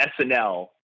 SNL